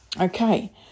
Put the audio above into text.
Okay